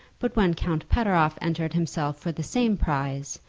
but when count pateroff entered himself for the same prize,